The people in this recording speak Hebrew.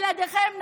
בלעדיכם,